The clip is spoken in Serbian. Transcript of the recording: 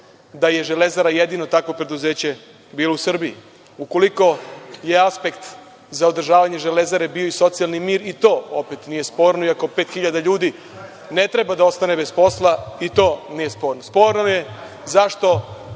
da je „Železara“ jedino takvo preduzeće bilo u Srbiji. Ukoliko je aspekt za održavanje „Železare“ bio i socijalni mir i to opet nije sporno, i ako 5.000 ljudi ne treba da ostane bez posla i to nije sporno.-Sporno je zašto